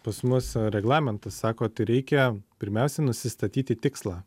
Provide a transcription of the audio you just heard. pas mus reglamentas sako tai reikia pirmiausiai nusistatyti tikslą